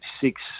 six